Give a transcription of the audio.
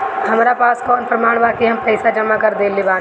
हमरा पास कौन प्रमाण बा कि हम पईसा जमा कर देली बारी?